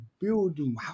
building